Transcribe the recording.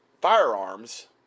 firearms